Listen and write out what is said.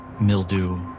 mildew